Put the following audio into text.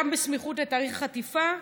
גם בסמיכות לתאריך החטיפה,